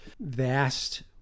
vast